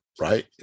right